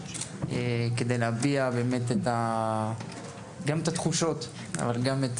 כדי להביע באמת גם את התחושות אבל גם את